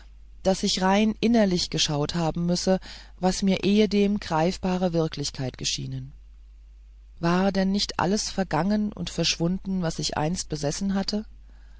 daß ich rein innerlich geschaut haben müsse was mir ehedem greifbare wirklichkeit geschienen war denn nicht alles vergangen und verschwunden was ich einst besessen hatte